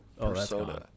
persona